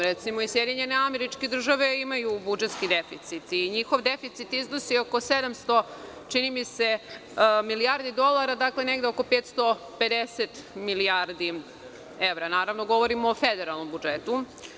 Recimo i SAD imaju budžetski deficit, i njihov deficit iznosi čini mi se oko 700 milijardi dolara, dakle oko 550 milijardi evra, naravno govorim o federalnom budžetu.